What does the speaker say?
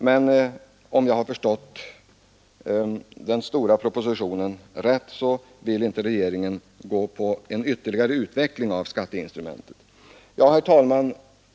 Men om jag har förstått den stora propositionen rätt, så vill inte regeringen gå in för en ytterligare utveckling av skatteinstrumentet. Herr talman!